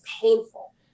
painful